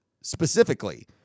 specifically